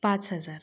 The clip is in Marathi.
पाच हजार